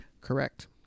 Correct